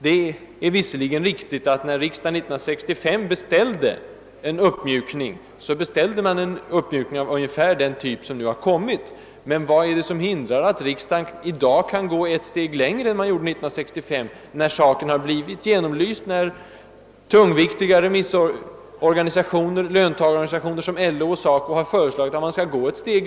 Det är visserligen sant att den uppmjukning, som riksdagen beställde år 1965, var av ungefär den typ som den uppmjukning som nu har föreslagits i propositionen, men vad är det som hindrar att riksdagen i dag går ett steg längre än år 1965, när saken har blivit genomlyst och när tungviktiga remissorgan — löntagarorganisationer som LO och SACO — har föreslagit att den skall göra det?